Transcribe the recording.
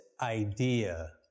idea